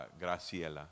Graciela